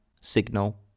Signal